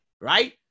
right